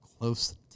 close